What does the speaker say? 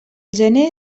gener